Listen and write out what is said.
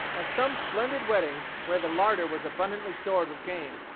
at some splendid weddings, where the larder was abundantly stored with game,